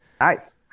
Nice